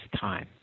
time